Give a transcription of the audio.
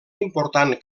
important